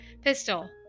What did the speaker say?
pistol